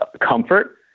comfort